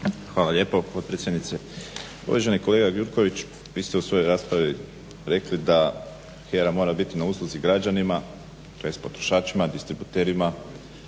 Hvala lijepo potpredsjednice. Uvaženi kolega Gjurković vi ste u svojoj raspravi rekli da HERA mora biti na usluzi građanima, tj. potrošačima, distributerima,